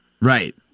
Right